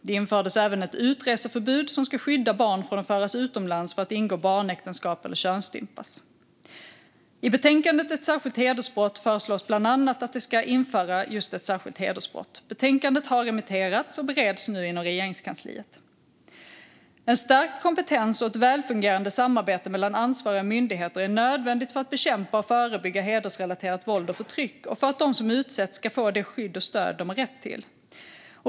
Det infördes även ett utreseförbud som ska skydda barn från att föras utomlands för att ingå barnäktenskap eller könsstympas. I betänkandet Ett särskilt hedersbrott föreslås bland annat att det ska införas just ett särskilt hedersbrott. Betänkandet har remitterats och bereds nu inom Regeringskansliet. En stärkt kompetens och ett välfungerande samarbete mellan ansvariga myndigheter är nödvändigt för att bekämpa och förebygga hedersrelaterat våld och förtryck och för att de som utsätts ska få det skydd och stöd de har rätt till.